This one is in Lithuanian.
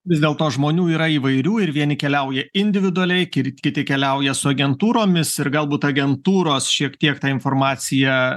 vis dėlto žmonių yra įvairių ir vieni keliauja individualiai kir kiti keliauja su agentūromis ir galbūt agentūros šiek tiek tą informaciją